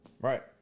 right